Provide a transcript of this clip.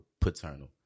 paternal